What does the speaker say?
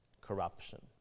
corruption